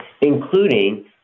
including